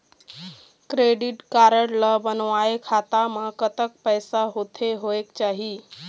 Credit card ला बनवाए खाता मा कतक पैसा होथे होएक चाही?